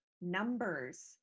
numbers